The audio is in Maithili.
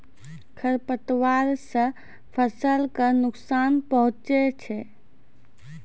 खरपतवार से फसल क नुकसान पहुँचै छै